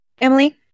Emily